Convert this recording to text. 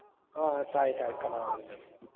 ꯑꯥ ꯇꯥꯏꯇꯥꯏ ꯀꯅꯥ ꯑꯣꯏꯕꯤꯔꯕꯅꯣ